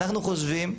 אנחנו חושבים,